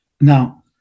Now